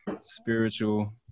spiritual